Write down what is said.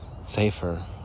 safer